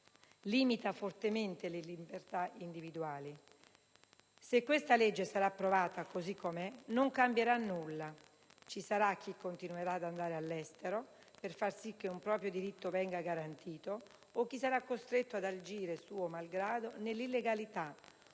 limita fortemente le libertà individuali. Se questo provvedimento sarà approvato così com'è, non cambierà nulla: ci sarà chi continuerà ad andare all'estero per far sì che un proprio diritto venga garantito, o chi sarà costretto ad agire suo malgrado nell'illegalità,